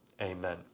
amen